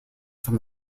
from